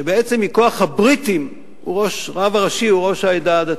שבעצם מכוח הבריטים הרב הראשי הוא ראש העדה הדתית.